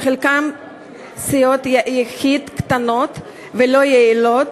שחלקן סיעות יחיד קטנות ולא יעילות,